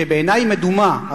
שבעיני היא מדומה,